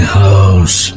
house